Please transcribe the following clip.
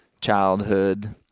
childhood